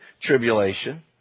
tribulation